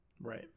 Right